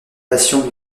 patients